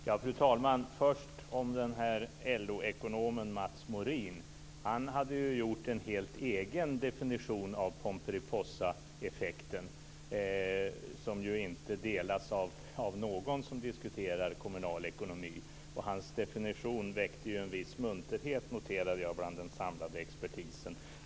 Fru talman! Först om LO-ekonomen Mats Morin. Han hade gjort en helt egen definition av Pomperipossaeffekten, som ju inte delas av någon som diskuterar kommunal ekonomi. Hans definition väckte en viss munterhet bland den samlade expertisen.